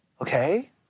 okay